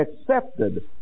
accepted